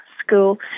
school